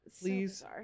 please